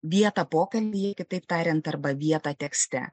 vietą pokalbyje kitaip tariant arba vietą tekste